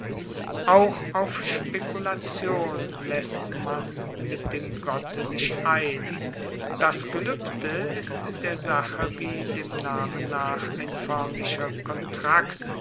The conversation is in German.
auch auf spekulation laesst man mit dem gotte sich ein das geluebde ist der sache wie dem namen nach ein foermlicher kontrakt